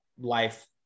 life